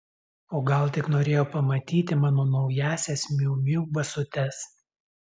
o gal tik norėjo pamatyti mano naująsias miu miu basutes